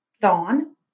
Dawn